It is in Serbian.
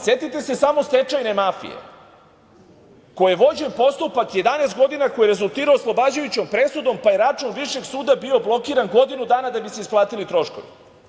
Setite se samo stečajne mafije koji je vođen postupak 17 godina, koji je rezultirao oslobađajućom presudom, pa je račun Višeg suda bio blokiran godinu dana da bi se isplatili troškovi.